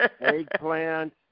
Eggplant